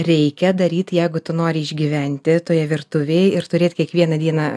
reikia daryt jeigu tu nori išgyventi toje virtuvėj ir turėt kiekvieną dieną